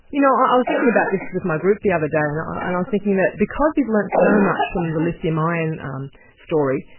you know, i was thinking about this with my group the other day and i and i was thinking that because we've learnt so much from the lithium ion um story,